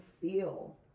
feel